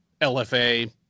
LFA